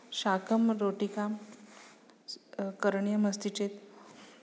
शाकं रोटिकां स् करणीयमस्ति चेत्